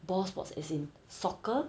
ball sports as in soccer